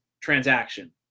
transaction